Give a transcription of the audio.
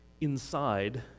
inside